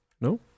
No